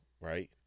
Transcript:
right